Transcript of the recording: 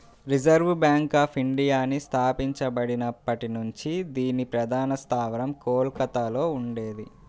reserve bank of ఇండియాని స్థాపించబడినప్పటి నుంచి దీని ప్రధాన స్థావరం కోల్కతలో ఉండేది